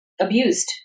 abused